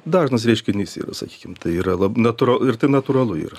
dažnas reiškinys yra sakykim tai yra lab natūra ir tai natūralu yra